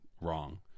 Wrong